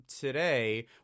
today